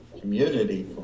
community